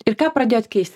ir ką pradėjot keist